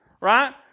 right